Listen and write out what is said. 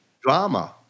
drama